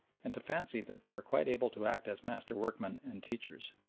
and to fancy that they are quite able to act as master workmen and teachers.